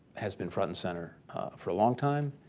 has been front and center for a long time.